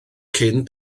cyn